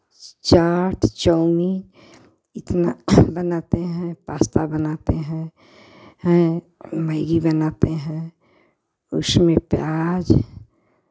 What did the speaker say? चाट chow mein इतना बनाते हैं पास्ता बनाते हैं हैं मैगी बनाते हैं उसमें प्याज